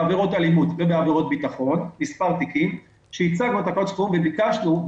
בעבירות אלימות ובעבירות ביטחון הצגנו את תקנות שעת חירום וביקשנו,